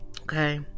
Okay